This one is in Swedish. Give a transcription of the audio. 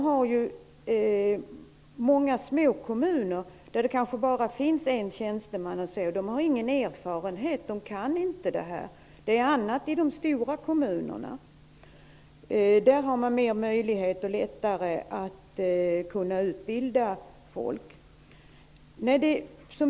I många små kommuner finns det kanske bara en tjänsteman, och där saknas erfarenheten. Det är annat i de stora kommunerna. Där har man större möjligheter och där är det lättare att utbilda folk.